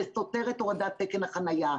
זה סותר את הורדת תקן החניה,